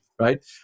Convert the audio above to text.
right